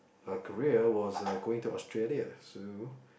the career was uh going to Australia to